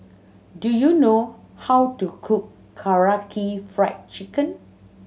do you know how to cook Karaage Fried Chicken